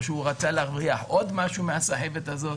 או שהוא רצה להרוויח עוד משהו מהסחבת הזאת.